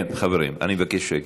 חברים, כן, חברים, אני מבקש שקט.